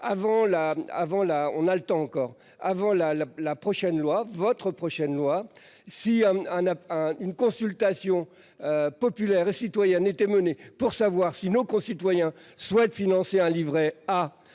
avant la la prochaine loi votre prochaine loi si un, un à un, une consultation. Populaire et citoyenne était menée pour savoir si nos concitoyens souhaitent financer un Livret A